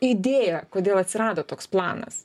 idėją kodėl atsirado toks planas